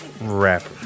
rapper